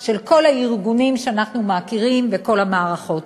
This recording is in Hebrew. של כל הארגונים שאנחנו מכירים וכל המערכות.